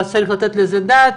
ננסה לתת על זה את הדעת,